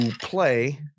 play